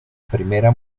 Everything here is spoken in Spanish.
primera